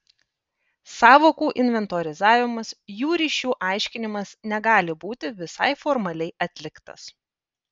sąvokų inventorizavimas jų ryšių aiškinimas negali būti visai formaliai atliktas